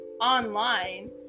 online